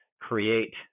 create